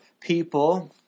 people